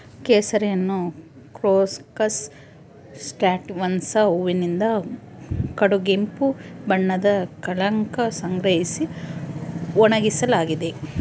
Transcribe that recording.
ಕೇಸರಿಯನ್ನುಕ್ರೋಕಸ್ ಸ್ಯಾಟಿವಸ್ನ ಹೂವಿನಿಂದ ಕಡುಗೆಂಪು ಬಣ್ಣದ ಕಳಂಕ ಸಂಗ್ರಹಿಸಿ ಒಣಗಿಸಲಾಗಿದೆ